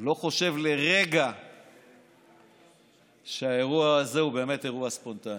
לא חושב לרגע שהאירוע הזה הוא באמת אירוע ספונטני.